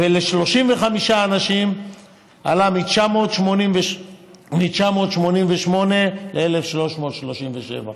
ול-35 אנשים עלה מ-988 שקלים ל-1,337.